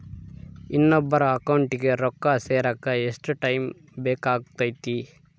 ಇನ್ನೊಬ್ಬರ ಅಕೌಂಟಿಗೆ ರೊಕ್ಕ ಸೇರಕ ಎಷ್ಟು ಟೈಮ್ ಬೇಕಾಗುತೈತಿ?